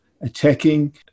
attacking